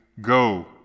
go